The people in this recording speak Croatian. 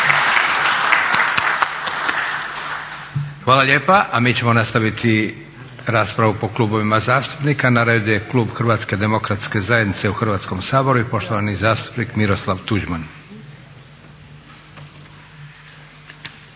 Hvala lijepa. A mi ćemo nastaviti raspravu po klubovima zastupnika. Na redu je Klub Hrvatske demokratske zajednice u Hrvatskom saboru i poštovani zastupnik Miroslav Tuđman.